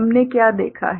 हमने क्या देखा है